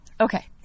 Okay